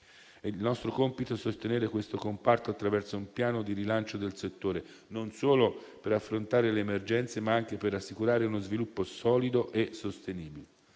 Il nostro compito è sostenere questo comparto attraverso un piano di rilancio del settore, non solo per affrontare le emergenze, ma anche per assicurare uno sviluppo solido e sostenibile.